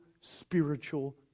spiritual